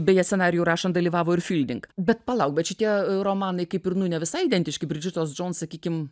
beje scenarijų rašant dalyvavo ir filding bet palauk bet šitie romanai kaip ir ne visai identiški bridžitos dons sakykim